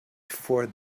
before